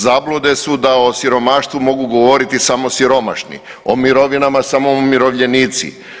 Zablude su da o siromaštvu mogu govoriti samo siromašni, o mirovinama samo umirovljenici.